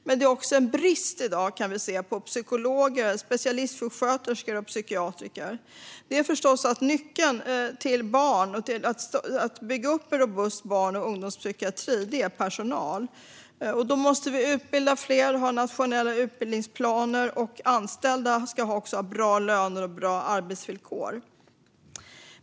I dag råder det dock brist på psykologer, specialistsjuksköterskor och psykiatrer. Nyckeln till en robust barn och ungdomspsykiatri är förstås personal. Fler måste utbildas, och vi behöver ha nationella utbildningsplaner. Anställda ska också ha bra löner och bra arbetsvillkor.